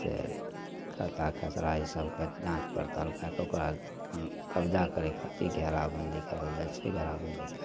फेर खाता खेसरा ईसबके जाँच पड़ताल कै के ओकरबाद कब्जा करै खातिर घेराबन्दी करल जाइ छै घेराबन्दी कै के